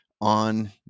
on